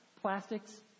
plastics